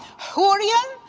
hurrian,